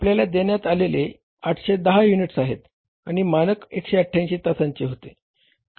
आपल्याला देण्यात आलेले 810 युनिट्स आहेत आणि मानक 188 तासांचे होते